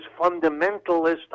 fundamentalist